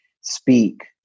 speak